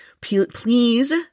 please –